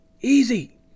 Easy